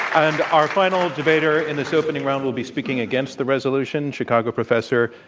and our final debater in this opening round will be speaking against the resolution, chicago professor,